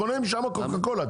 קונה משם קוקה-קולה,